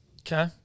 Okay